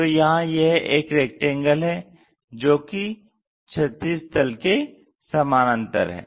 तो यहां यह एक रैक्टेंगल है जो कि क्षैतिज तल के समानांतर है